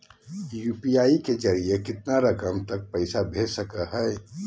UPI के जरिए कितना रकम तक पैसा भेज सको है?